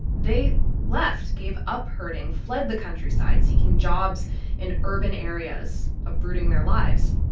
they left, gave up herding, fled the countryside seeking jobs in urban areas, uprooting their lives.